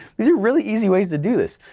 these are really easy ways to do this.